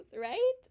right